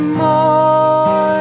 more